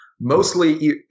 mostly